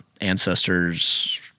ancestors